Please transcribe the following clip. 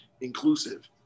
inclusive